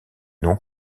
non